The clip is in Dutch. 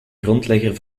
grondlegger